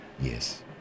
Yes